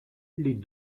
les